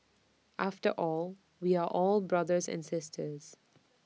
after all we are all brothers and sisters